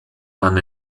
dann